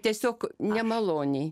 tiesiog nemaloniai